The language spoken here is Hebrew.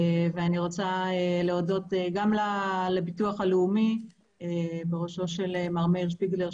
אני רוצה להודות גם לביטוח הלאומי בראשותו של מר מאיר שפיגלר,